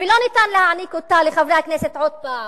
ולא ניתן להעניק אותה לחברי הכנסת עוד פעם,